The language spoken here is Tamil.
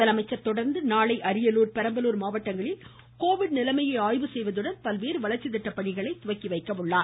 முதலமைச்சர் தொடர்ந்து நாளை அரியலூர் பெரம்பலூர் மாவட்டங்களில் கோவிட் நிலைமையை ஆய்வு செய்வதுடன் பல்வேறு வளர்ச்சித்திட்ட பணிகளை தொடங்கி வைக்கிறார்